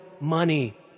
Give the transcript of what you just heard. money